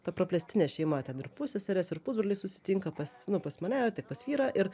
ta praplėstinė šeima ten ir pusseserės ir pusbroliai susitinka pas nu pas mane tiek pas vyrą ir